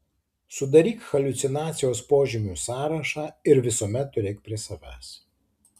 sudaryk haliucinacijos požymių sąrašą ir visuomet turėk prie savęs